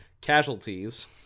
casualties